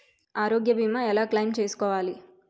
ఆరోగ్య భీమా ఎలా క్లైమ్ చేసుకోవాలి?